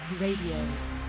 Radio